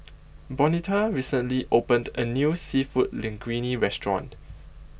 Bonita recently opened A New Seafood Linguine Restaurant